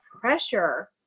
pressure